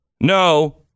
no